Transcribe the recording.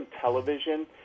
television